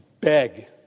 beg